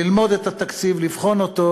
ללמוד את התקציב, לבחון אותו,